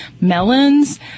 melons